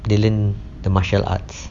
they learn the martial arts